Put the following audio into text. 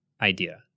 idea